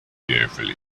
carefully